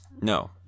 No